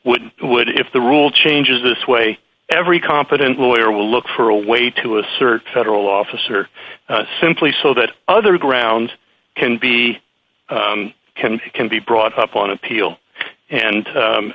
would would if the rule changes this way every confident lawyer will look for a way to assert federal officer simply so that other grounds can be can can be brought up on appeal and